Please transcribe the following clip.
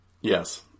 yes